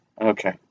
Okay